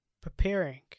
Preparing